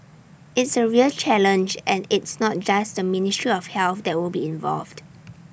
it's A real challenge and it's not just the ministry of health that will be involved